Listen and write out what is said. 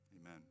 Amen